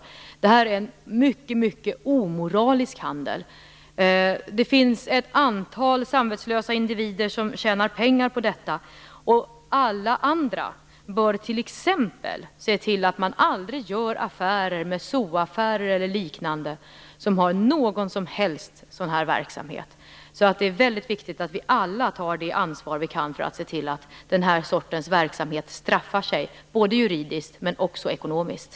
Det här är en mycket omoralisk handel. Det finns ett antal samvetslösa individer som tjänar pengar på detta. Alla andra bör t.ex. se till att man aldrig gör affärer med zoobutiker eller liknande som har någon som helst sådan här verksamhet. Det är mycket viktigt att vi alla tar det ansvar vi kan för att se till att den här sortens verksamhet straffar sig, både juridiskt och ekonomiskt.